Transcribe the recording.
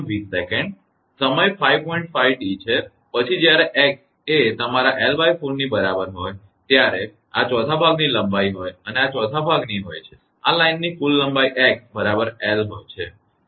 5T છે પછી જ્યારે x એ તમારા 𝑙4 ની બરાબર હોય ત્યારે આ ચોથા ભાગની લંબાઈ હોય અને આ ચોથા ભાગની હોય છે આ લાઇનની કુલ લંબાઈ x બરાબર l હોય છે